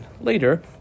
later